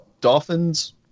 Dolphins